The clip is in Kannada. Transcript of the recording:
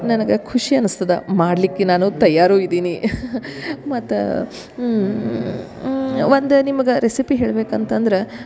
ನನ್ಗೆ ಖುಷಿ ಅನ್ಸ್ತದ ಮಾಡಲಿಕ್ಕೆ ನಾನು ತಯಾರು ಇದ್ದೀನಿ ಮತ್ತು ಒಂದು ನಿಮ್ಗ ರೆಸಿಪಿ ಹೇಳ್ಬೇಕು ಅಂತಂದ್ರ